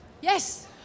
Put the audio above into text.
Yes